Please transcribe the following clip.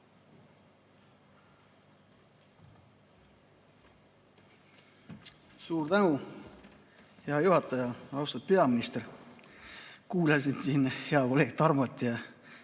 Suur tänu, hea juhataja! Austatud peaminister! Kuulasin siin head kolleegi Tarmot.